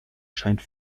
scheint